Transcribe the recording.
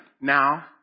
now